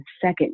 second